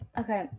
okay